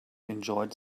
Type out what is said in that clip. enjoyed